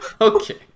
Okay